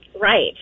Right